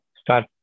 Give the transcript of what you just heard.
start